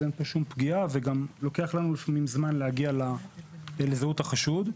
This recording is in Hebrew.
אין פה שום פגיעה וגם לוקח לנו זמן להגיע לזהות החשוד.